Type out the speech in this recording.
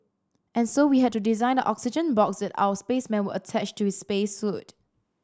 and so we had to design the oxygen box that our spaceman would attach to his space suit